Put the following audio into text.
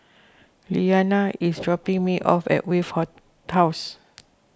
Leanna is dropping me off at Wave House